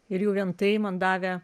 ir jau vien tai man davė